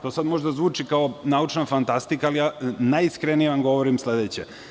To sada možda zvuči kao naučna fantastika, ali vam najiskrenije govorim sledeće.